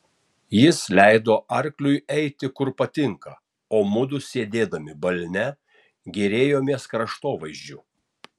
jis leido arkliui eiti kur patinka o mudu sėdėdami balne gėrėjomės kraštovaizdžiu